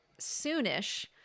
soonish